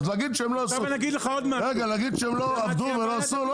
להגיד שהם לא עבדו ולא עשו?